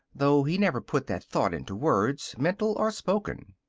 though he never put that thought into words, mental or spoken.